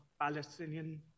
Palestinian